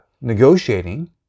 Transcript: negotiating